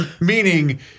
Meaning